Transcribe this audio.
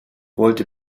wollte